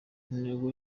intego